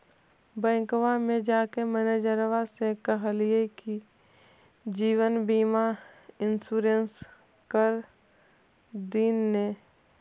बैंकवा मे जाके मैनेजरवा के कहलिऐ कि जिवनबिमा इंश्योरेंस कर दिन ने?